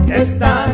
esta